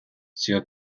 sur